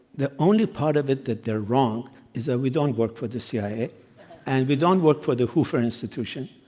the only part of it that they're wrong is that we don't work for the cia and we don't work for the hoover institution.